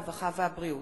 הרווחה והבריאות.